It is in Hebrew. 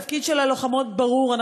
התפקיד של הלוחמות ברור.